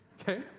Okay